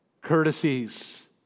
courtesies